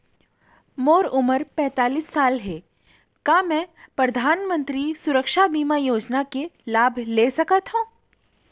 मोर उमर पैंतालीस साल हे का मैं परधानमंतरी सुरक्षा बीमा योजना के लाभ ले सकथव?